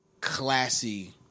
classy